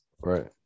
right